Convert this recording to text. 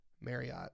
marriott